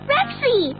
Rexy